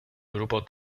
grupo